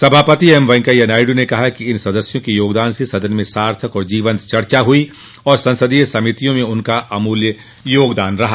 सभापति एम वेंकैया नायडू ने कहा कि इन सदस्यों के योगदान से सदन में सार्थक और जीवंत चर्चा हुई और संसदीय समितियों में उनका अमूल्य योगदान रहा